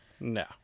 no